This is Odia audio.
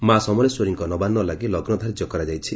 ମା' ସମଲେଶ୍ୱରୀଙ୍କ ନବାନ୍ନ ଲାଗି ଲଗୁ ଧାର୍ଯ୍ୟ କରାଯାଇଛି